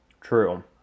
True